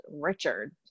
Richard